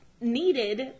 Needed